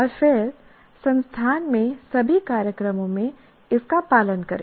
और फिर संस्थान में सभी कार्यक्रमों में इसका पालन करें